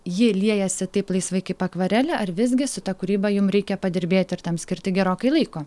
ji liejasi taip laisvai kaip akvarelė ar visgi su ta kūryba jum reikia padirbėti ir tam skirti gerokai laiko